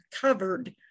covered